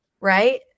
right